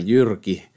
Jyrki